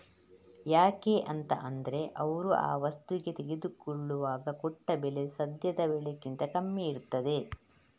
ಯಾಕೆ ಅಂತ ಅಂದ್ರೆ ಅವ್ರು ಆ ವಸ್ತುಗೆ ತೆಗೆದುಕೊಳ್ಳುವಾಗ ಕೊಟ್ಟ ಬೆಲೆ ಸದ್ಯದ ಬೆಲೆಗಿಂತ ಕಮ್ಮಿ ಇರ್ತದೆ